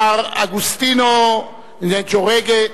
מר אוגסטינו נג'ורגה,